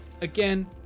again